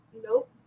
Nope